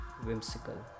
whimsical